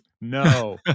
no